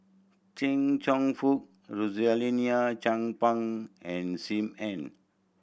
Chia Cheong Fook Rosaline Chan Pang and Sim Ann